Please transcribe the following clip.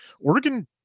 Oregon